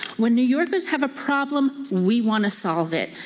when new yorkers have a problem, we want to solve it.